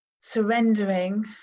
Surrendering